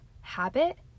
habit